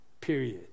Period